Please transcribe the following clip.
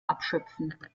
abschöpfen